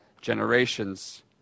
generations